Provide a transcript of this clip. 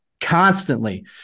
constantly